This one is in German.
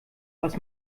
was